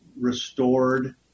restored